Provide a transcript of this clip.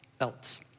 else